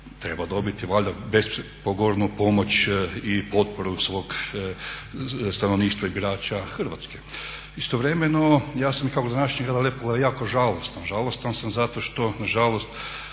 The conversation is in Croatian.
treba dobiti valjda bespogovorno pomoć i potporu svog stanovništva i birača Hrvatske. Istovremeno ja sam i kao gradonačelnik grada Lepoglave jako žalostan. Žalostan sam zato što nažalost